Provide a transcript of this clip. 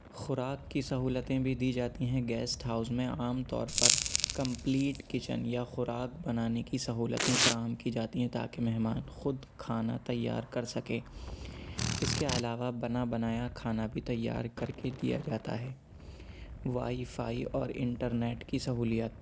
خوراک کی سہولتیں بھی دی جاتی ہیں گیسٹ ہاؤس میں عام طور پر کمپلیٹ کچن یا خوراک بنانے کی سہولتیں فراہم کی جاتی ہیں تاکہ مہمان خود کھانا تیار کر سکے اس کے علاوہ بنا بنایا کھانا بھی تیار کر کے دیا جاتا ہے وائی فائی اور انٹرنیٹ کی سہولیت